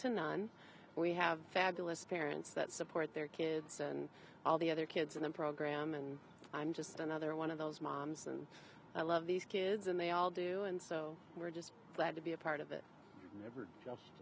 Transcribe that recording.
to none we have fabulous parents that support their kids and all the other kids in the program and i'm just another one of those moms and i love these kids and they all do and so we're just glad to be a part of it